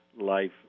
life